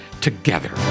together